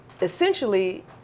essentially